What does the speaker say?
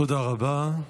תודה רבה.